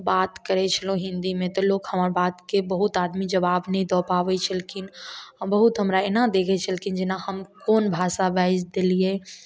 बात करै छेलहुॅं हिंदीमे तऽ लोक हमर बातके बहुत आदमी जवाब नहि दऽ पाबै छलखिन आ बहुत हमरा एना देखै छेलखिन जेना हम कोन भाषा बाजि देलिए